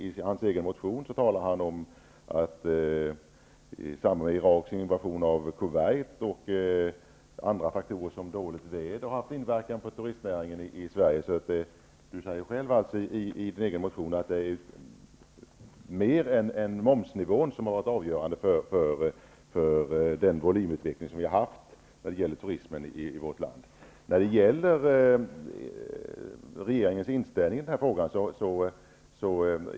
I hans egen motion hävdar han att Iraks invasion av Kuwait och andra faktorer som t.ex. dåligt väder har haft en inverkan på turistnäringen i Sverige. Bert Karlsson hävdar själv i sin egen motion att det är mer än momsnivån som har varit avgörande för utvecklingen av volymen när det gäller turismen i vårt land. Vidare har vi frågan om regeringens inställning i frågan.